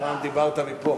פעם דיברת מפה.